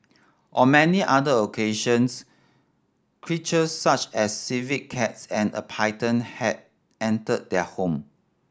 on many other occasions creatures such as civet cats and a python have entered their home